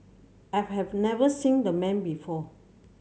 I've have never seen the man before